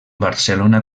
barcelona